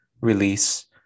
release